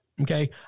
Okay